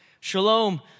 Shalom